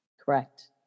Correct